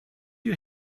you